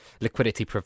liquidity